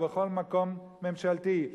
או בכל מקום ממשלתי,